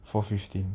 four fifteen